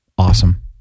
Awesome